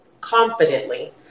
confidently